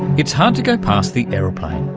it's hard to go past the aeroplane.